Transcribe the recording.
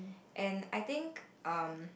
and I think um